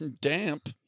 damp